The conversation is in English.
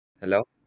Hello